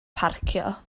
parcio